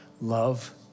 Love